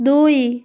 ଦୁଇ